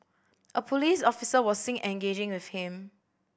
a police officer was seen engaging with him